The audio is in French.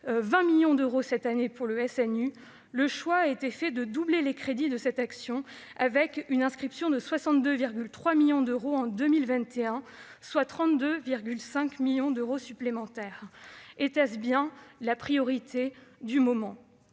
20 millions d'euros cette année pour le SNU, le choix a été fait de doubler les crédits de cette action, avec l'inscription de 62,3 millions d'euros en 2021, soit 32,5 millions d'euros supplémentaires. Était-ce bien la priorité du moment ?